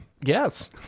Yes